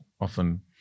often